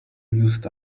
used